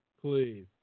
Please